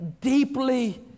deeply